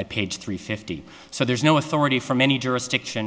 at page three fifty so there's no authority from any jurisdiction